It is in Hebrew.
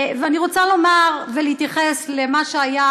ואני רוצה לומר ולהתייחס למה שהיה,